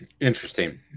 Interesting